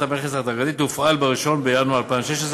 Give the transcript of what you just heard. המכס ההדרגתית תופעל ב-1 בינואר 2016,